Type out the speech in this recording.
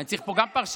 אני צריך פה גם פרשנות.